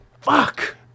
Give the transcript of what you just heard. fuck